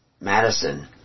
Madison